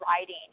writing